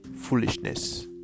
foolishness